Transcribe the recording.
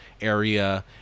area